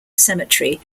cemetery